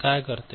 ते काय करते